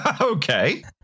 Okay